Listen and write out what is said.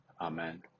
Amen